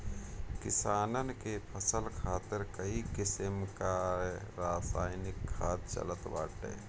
किसानन के फसल खातिर कई किसिम कअ रासायनिक खाद चलत बाटे